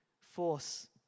force